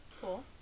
Cool